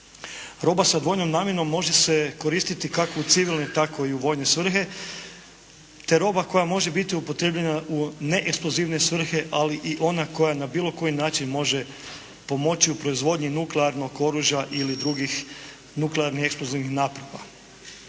Roba sa dvojnom namjenom može se koristiti kako u civilne, tako i u vojne svrhe, te roba koja može biti upotrijebljena u neeksplozivne svrhe ali i ona koja na bilo koji način može pomoći u proizvodnji nuklearnog oružja ili drugih nuklearnih eksplozivnih naprava.